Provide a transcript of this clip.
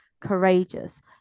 courageous